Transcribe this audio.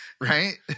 Right